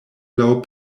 laŭ